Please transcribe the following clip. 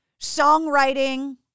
songwriting